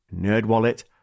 NerdWallet